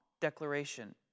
declaration